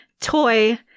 toy